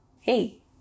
Hey